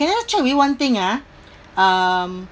can I check with you one thing ah um